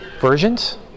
versions